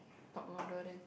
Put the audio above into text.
talk louder than